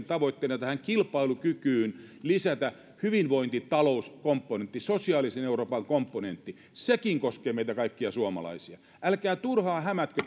tavoitteena tähän kilpailukykyyn lisätä hyvinvointitalouskomponentti sosiaalisen euroopan komponentti sekin koskee meitä kaikkia suomalaisia älkää turhaan hämätkö